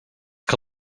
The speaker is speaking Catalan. que